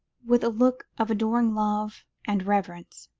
with a look of adoring love and reverence